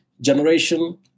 generation